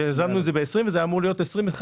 יזמנו א זה ב-2020 וזה היה אמור להיות ב-2023-2021